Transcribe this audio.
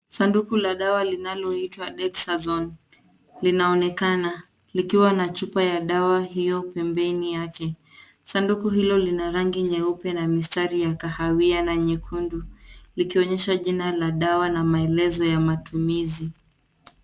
Sanduku la dawa linaloitwa Dexazone linaonekana likiwa na chupa ya dawa hiyo pembeni yake. Sanduku hilo lina rangi nyeupe na mistari ya kahawia na nyekundu likionyesha jina la dawa na maelezo ya matumizi.